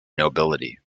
nobility